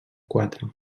quatre